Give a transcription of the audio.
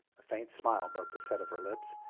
a faint smile broke the set of her lips,